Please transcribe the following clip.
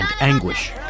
anguish